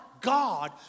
God